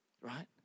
Right